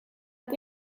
het